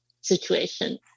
situation